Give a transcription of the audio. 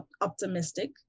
optimistic